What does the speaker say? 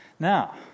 Now